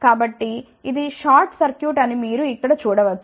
కాబట్టి ఇది short circuit అని మీరు ఇక్కడ చూడ వచ్చు